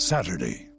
Saturday